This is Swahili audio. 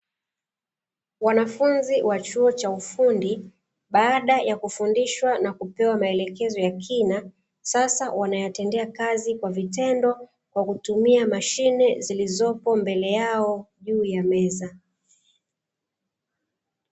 Wanafunzi wa chuo cha ufundi baada ya kufundishwa na kupewa maelekezo ya kina, sasa wanayatendea kazi kwa vitendo kwa kutumia mashine zilizopo mbele yao juu ya meza.